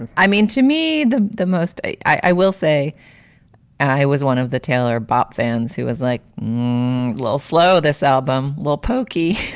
and i mean, to me, the the most i will say i was one of the taylor bop fans who was like a little slow this album, little pokey.